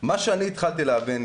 מה שאני התחלתי להבין,